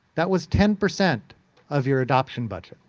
that was ten percent of your adoption budget,